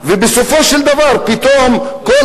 היא הקימה